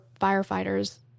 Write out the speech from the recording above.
firefighters